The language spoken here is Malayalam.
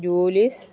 ജൂലിസ്